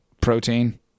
Protein